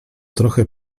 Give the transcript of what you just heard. trochę